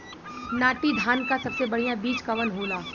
नाटी धान क सबसे बढ़िया बीज कवन होला?